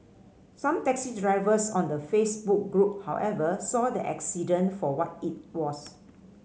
some taxi drivers on the Facebook group however saw the accident for what it was